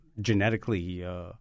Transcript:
genetically